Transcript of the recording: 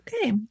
Okay